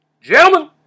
gentlemen